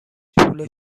پول